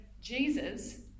Jesus